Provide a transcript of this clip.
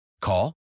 Call